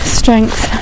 strength